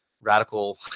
radical